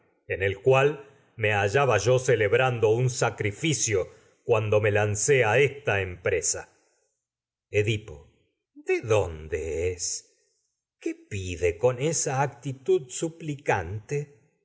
en el'cual me hallaba yo celebrando cuando me un sacrificio lancé a esta empresa edipo de dónde es qué pide con esa actitud